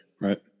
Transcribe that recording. Right